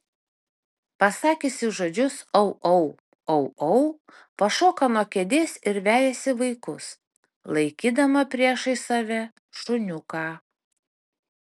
pasakiusi žodžius au au au au pašoka nuo kėdės ir vejasi vaikus laikydama priešais save šuniuką